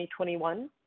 2021